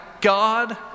God